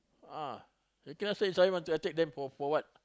ah they cannot say suddenly want to attack them for for for what